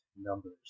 numbers